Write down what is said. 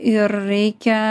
ir reikia